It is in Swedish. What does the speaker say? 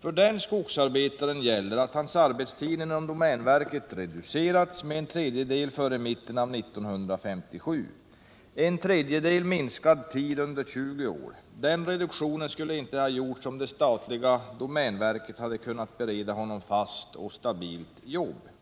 För den skogsarbetaren gäller att hans arbetstid vid domänverket reducerats med en tredjedel före mitten av 1957 — en tredjedels minskning av tiden under en 20-årsperiod. Den reduktionen skulle inte ha gjorts, om det statliga domänverket hade kunnat bereda honom fast och stabilt arbete.